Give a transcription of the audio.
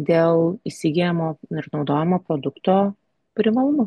dėl įsigyjamo ir naudojama produkto privalumų